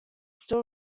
still